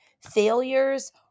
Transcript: Failures